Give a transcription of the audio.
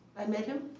i met him.